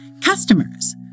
customers